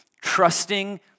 Trusting